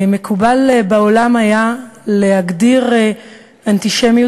בעבר היה מקובל להגדיר אנטישמיות,